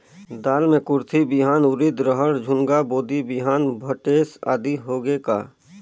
दाल मे कुरथी बिहान, उरीद, रहर, झुनगा, बोदी बिहान भटेस आदि होगे का?